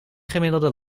gemiddelde